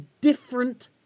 different